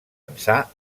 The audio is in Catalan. ençà